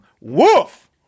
Woof